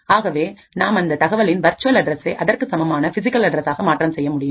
ஆகவே நாம் அந்த தகவலின் வர்ச்சுவல் அட்ரசை அதற்கு சமமான பிசிகல் அட்ரசாகமாற்றம் செய்ய முடியும்